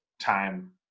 time